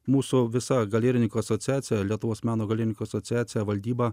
mūsų visa galerininkų asociacija lietuvos meno galimybių asociacija valdyba